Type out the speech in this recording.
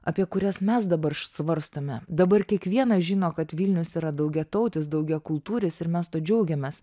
apie kurias mes dabar svarstome dabar kiekvienas žino kad vilnius yra daugiatautis daugiakultūris ir mes tuo džiaugiamės